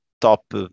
top